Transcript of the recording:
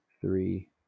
three